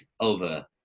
over